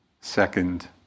Second